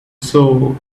soul